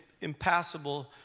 impassable